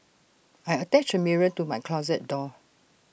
I attached A mirror to my closet door